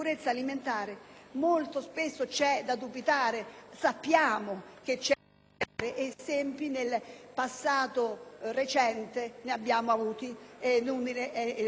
molto spesso c'è da dubitare. Sappiamo che c'è da dubitare ed esempi nel passato recente ne abbiamo avuti; è inutile enunciarli in